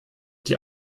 die